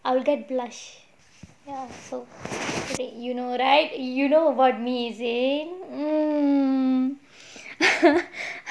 I will get blushed ya so you know right you know about me this thing mm